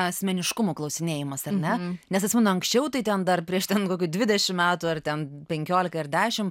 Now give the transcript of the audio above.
asmeniškumų klausinėjimas ar ne nes atsimenu anksčiau tai ten dar prieš ten kokių dvidešimt metų ar ten penkiolika ir dešim